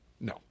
No